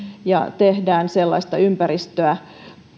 ja tehdään sellaista ympäristöä